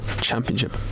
Championship